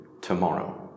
tomorrow